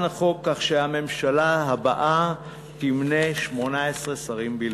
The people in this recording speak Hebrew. החוק כך שהממשלה הבאה תמנה 18 שרים בלבד.